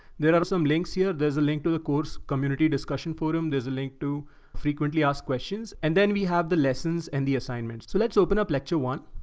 there are some links here. there's a link to the course community discussion forum. there's a link to frequently asked questions. and then we have the lessons and the assignment. so let's open up lecture one.